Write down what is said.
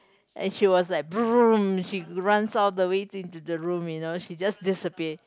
and she was like she runs all the way into the room you know she just disappear